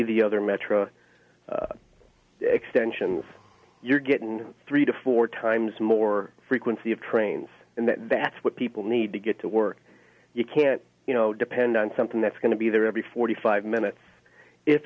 of the other metro extension you're getting three to four times more frequency of trains and that's what people need to get to work you can't you know depend on something that's going to be there every forty five minutes if